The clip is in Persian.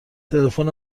تلفن